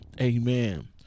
Amen